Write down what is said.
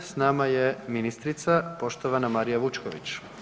Sa nama je ministrica poštovana Marija Vučković.